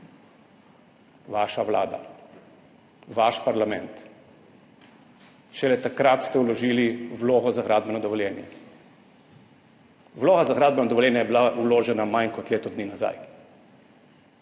vaša vlada, vaš parlament – šele takrat ste vložili vlogo za gradbeno dovoljenje. Vloga za gradbeno dovoljenje je bila vložena manj kot leto dni nazaj,